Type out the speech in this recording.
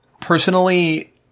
personally